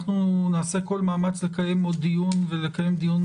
אנחנו נעשה כל מאמץ לקיים עוד דיון ולקיים דיון